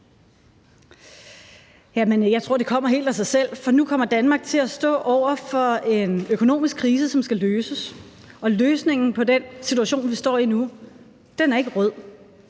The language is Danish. Jeg tror, det kommer helt af sig selv, for nu kommer Danmark til at stå over for en økonomisk krise, som skal løses, og løsningen på den situation, vi står i nu, er ikke rød.